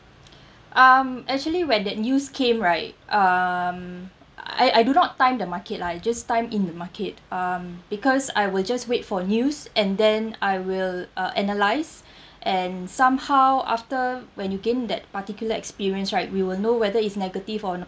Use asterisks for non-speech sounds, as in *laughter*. um actually when that news came right um I I do not time the market lah I just time in the market um because I will just wait for news and then I will uh analyse *breath* and somehow after when you gain that particular experience right we will know whether it's negative or not